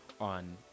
on